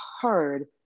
heard